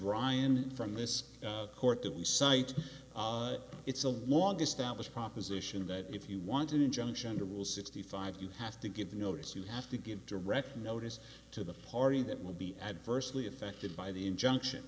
ryan from this court that we cite it's a long established proposition that if you want an injunction to rule sixty five you have to give notice you have to give direct notice to the party that will be adversely affected by the injunction